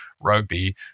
rugby